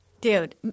Dude